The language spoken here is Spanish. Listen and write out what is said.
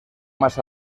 más